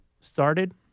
started